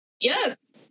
yes